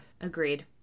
Agreed